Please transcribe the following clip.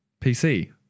PC